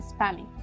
spamming